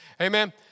Amen